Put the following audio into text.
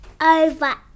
over